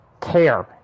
care